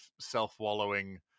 self-wallowing